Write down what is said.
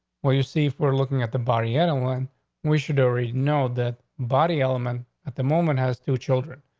well, you see, if we're looking at the body, anyone we should already know, that body element at the moment has two children,